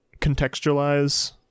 contextualize